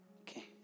Okay